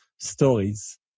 stories